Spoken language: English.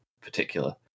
particular